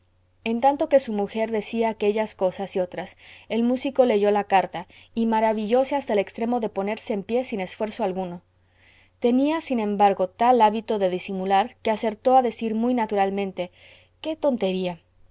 en tanto que su mujer decía aquellas cosas y otras el músico leyó la carta y maravillóse hasta el extremo de ponerse de pie sin esfuerzo alguno tenía sin embargo tal hábito de disimular que acertó a decir muy naturalmente qué tontería